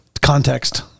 context